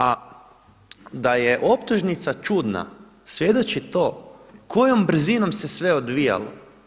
A da je optužnica čudna svjedoči to kojom brzinom se sve odvijalo.